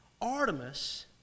Artemis